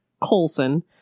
Colson